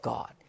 God